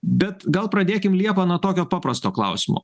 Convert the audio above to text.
bet gal pradėkim liepa nuo tokio paprasto klausimo